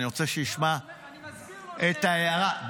אני רוצה שישמע את ההערה ----- אני